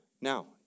Now